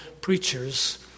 preachers